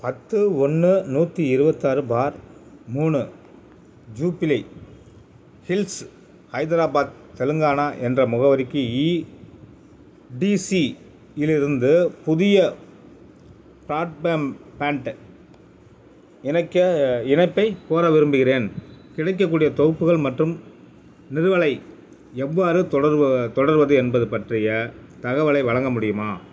பத்து ஒன்று நூற்றி இருபத்தாறு பார் மூணு ஜூபிலி ஹில்ஸ் ஹைதராபாத் தெலுங்கானா என்ற முகவரிக்கு ஈடிசி இலிருந்து புதிய ப்ராட்பேண்ட் பேண்ட் இணைக்க இணைப்பைக் கோர விரும்புகிறேன் கிடைக்கக்கூடிய தொகுப்புகள் மற்றும் நிறுவலை எவ்வாறு தொடர்வ தொடர்வது என்பது பற்றிய தகவலை வழங்க முடியுமா